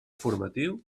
formatiu